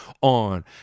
on